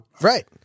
Right